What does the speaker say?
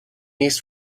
east